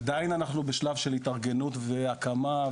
עדיין אנחנו בשלב של התארגנות והקמה,